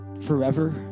forever